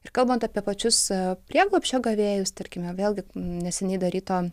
ir kalbant apie pačius prieglobsčio gavėjus tarkime vėlgi neseniai daryto